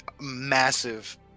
massive